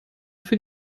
für